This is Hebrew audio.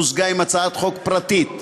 מוזגה עם הצעת חוק פרטית,